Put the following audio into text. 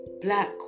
black